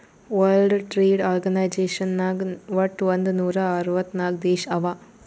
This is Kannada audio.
ವರ್ಲ್ಡ್ ಟ್ರೇಡ್ ಆರ್ಗನೈಜೇಷನ್ ನಾಗ್ ವಟ್ ಒಂದ್ ನೂರಾ ಅರ್ವತ್ ನಾಕ್ ದೇಶ ಅವಾ